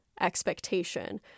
Expectation